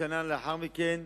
בשנה לאחר מכן,